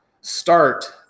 start